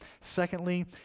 Secondly